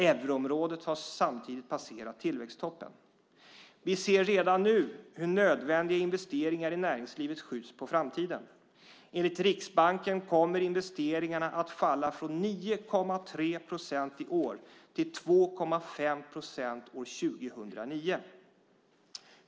Euroområdet har samtidigt passerat tillväxttoppen. Vi ser redan nu hur nödvändiga investeringar i näringslivet skjuts på framtiden. Enligt Riksbanken kommer investeringarna att falla från 9,3 procent i år till 2,5 procent år 2009.